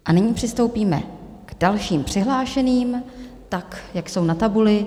A nyní přistoupíme k dalším přihlášeným tak, jak jsou na tabuli.